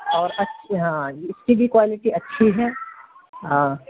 اور ہاں اس کی بھی کوالٹی اچھی ہے ہاں